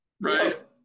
right